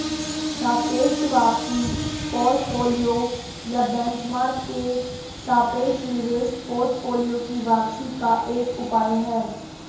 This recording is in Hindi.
सापेक्ष वापसी पोर्टफोलियो या बेंचमार्क के सापेक्ष निवेश पोर्टफोलियो की वापसी का एक उपाय है